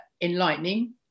Enlightening